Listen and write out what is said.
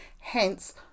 Hence